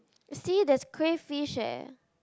see there's cray fish eh